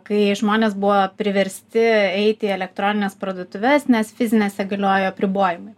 kai žmonės buvo priversti eiti į elektronines parduotuves nes fizinėse galiojo apribojimai